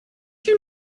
you